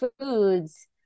foods